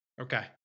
Okay